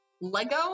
Lego